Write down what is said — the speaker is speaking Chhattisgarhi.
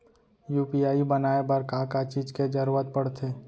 यू.पी.आई बनाए बर का का चीज के जरवत पड़थे?